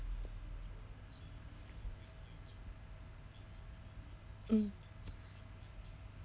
mm